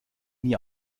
nie